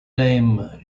name